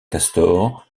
castor